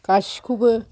गासिबखौबो